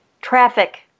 Traffic